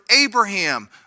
Abraham